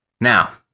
Now